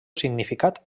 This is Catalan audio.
significat